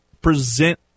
present